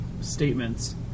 statements